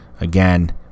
Again